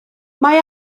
mae